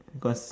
cause